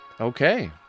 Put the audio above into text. okay